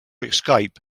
escape